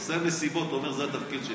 עושה מסיבות, אומר: זה התפקיד שלי.